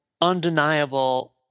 undeniable